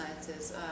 sciences